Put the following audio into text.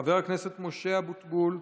חבר הכנסת משה אבוטבול,